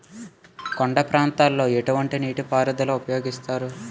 కొండ ప్రాంతాల్లో ఎటువంటి నీటి పారుదల ఉపయోగిస్తారు?